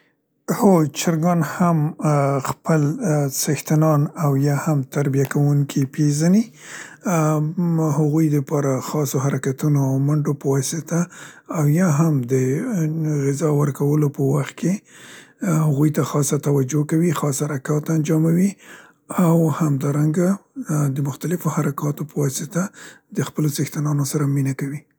هو، چرګان هم ا خپل څښتنان او یا هم تربیه کوونکي پیزني. ا ام هغوی د پاره خاصو حرکتونو او منډو په واسطه او یا هم د ی ی غذا ورکولو په وخت کې هغوی ته خاصه توجه کوي، خاص حرکات انجاموي او همدارنګه د مختلفو حرکاتو په واسطه د خپلو څښتنانو سره مینه کوي.